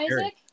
Isaac